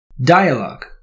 Dialogue